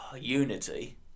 Unity